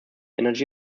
energy